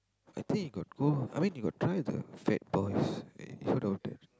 I think you got go I mean you got try the Fat-Boys uh you heard of that